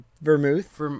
vermouth